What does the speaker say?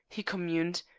he communed,